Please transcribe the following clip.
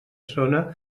zona